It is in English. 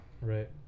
right